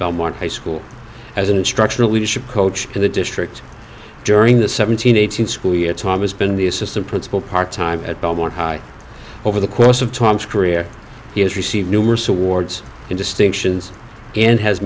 belmont high school as an instructional leadership coach in the district during the seventeen eighteen school year tom has been the assistant principal part time at belmont high over the course of tom's career he has received numerous awards and distinctions and has